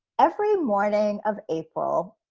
every morning of april,